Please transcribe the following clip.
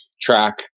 track